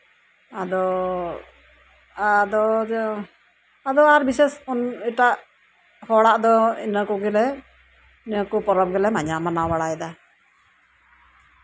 ᱟᱫᱚ ᱟᱫᱚ ᱡᱮ ᱟᱡᱚ ᱟᱨ ᱵᱤᱥᱮᱥ ᱮᱴᱟᱜ ᱦᱚᱲᱟᱜ ᱫᱚ ᱤᱱᱟᱹ ᱠᱚᱜᱮᱞᱮ ᱱᱤᱭᱟᱹ ᱠᱚ ᱯᱚᱨᱚᱵᱽ ᱜᱮᱞᱮ ᱢᱟᱱᱟᱣ ᱵᱟᱲᱟᱭᱮᱫᱟ